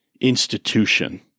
institution